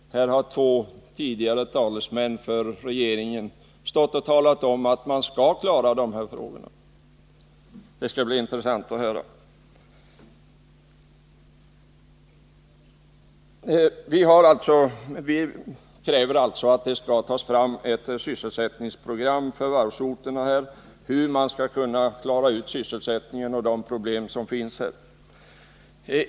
Här har två talesmän för regeringen stått och talat om att man skall klara de här frågorna. Det skall bli intressant att höra hur det skall gå till. Vi kräver alltså att det skall upprättas ett sysselsättningsprogram för varvsorterna som anger hur man skall kunna klara sysselsättningen och lösa Nr 164 de problem som finns där.